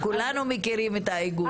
כולנו מכירים את האיגוד.